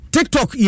TikTok